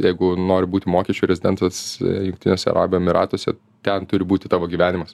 jeigu nori būti mokesčių rezidentas jungtiniuose arabų emyratuose ten turi būti tavo gyvenimas